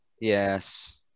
Yes